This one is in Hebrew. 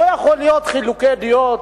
לא יכולים להיות חילוקי דעות.